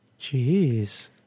Jeez